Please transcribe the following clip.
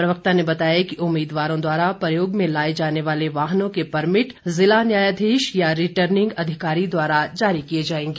प्रवक्ता ने बताया कि उम्मीदवारों द्वारा प्रयोग में लाए जाने वाले वाहनों के परमिट जिला न्यायाधीश या रिर्टनिंग अधिकारी द्वारा जारी किए जाएंगे